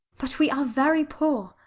but we are very poor.